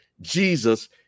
Jesus